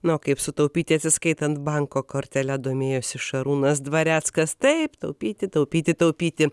na o kaip sutaupyti atsiskaitant banko kortele domėjosi šarūnas dvareckas taip taupyti taupyti taupyti